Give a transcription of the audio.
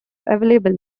available